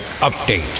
update